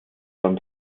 beim